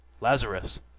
Lazarus